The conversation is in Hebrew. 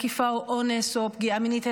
תקיפה או אונס או פגיעה מינית,